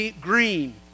Green